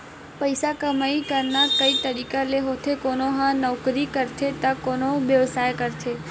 पइसा कमई करना कइ तरिका ले होथे कोनो ह नउकरी करथे त कोनो ह बेवसाय करथे